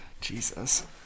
Jesus